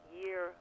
year